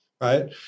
right